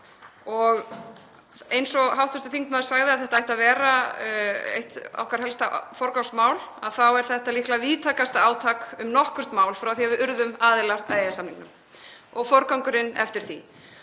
Af því að hv. þingmaður sagði að þetta ætti að vera eitt okkar helsta forgangsmál, þá er þetta líklega víðtækasta átak um nokkurt mál frá því að við urðum aðilar að EES-samningnum og forgangurinn eftir því.